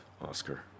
Oscar